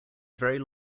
very